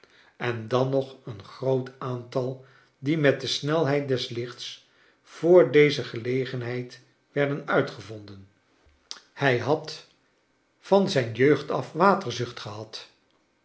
en dan nog een groot aantal die met de snelheid des lichts voor deze gelegenheid werden uitgevonden hij had van zijn jeugd af